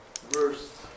verse